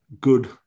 good